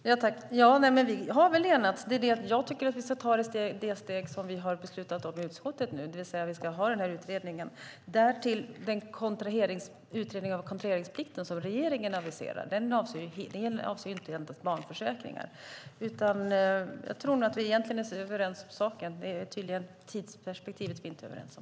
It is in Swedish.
Herr talman! Ja, men vi har väl enats. Men jag tycker att vi ska ta det steg som vi har beslutat om i utskottet, det vill säga att vi ska ha utredningen från riksdagens utredningstjänst. Den utredning av kontraheringsplikten som regeringen aviserar avser däremot inte barnförsäkringar. Jag tror att vi egentligen är överens i saken. Det är tydligen tidsperspektivet som vi inte är överens om.